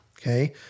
Okay